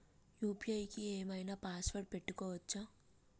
UPI కి ఏం ఐనా పాస్వర్డ్ పెట్టుకోవచ్చా?